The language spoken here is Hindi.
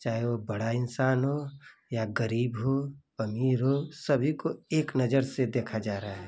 चाहे वह बड़ा इन्सान हो या गरीब हो अमीर हो सभी को एक नज़र से देखा जा रहा है